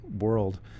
world